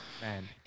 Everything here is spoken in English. Man